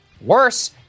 Worse